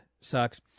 sucks